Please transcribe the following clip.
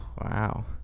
Wow